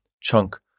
chunk